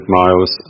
miles